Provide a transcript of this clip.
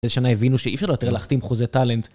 איזה שנה הבינו שאי אפשר לא יותר להחתים חוזה טאלנט.